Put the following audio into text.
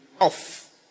Off